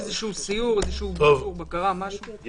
איזה שהוא סיור, ביקור, בקרה, משהו.